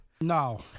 No